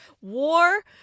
War